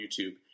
YouTube